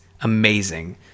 amazing